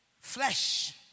Flesh